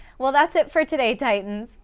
well, that's it for today titans.